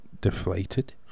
deflated